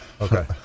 Okay